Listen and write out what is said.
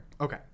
Okay